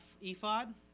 ephod